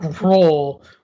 role